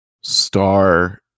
star